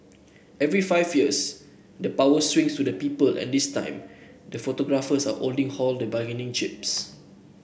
every five years the power swings to the people and this time the photographers are only holding the bargaining chips